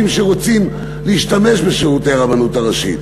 שרוצים להשתמש בשירותי הרבנות הראשית.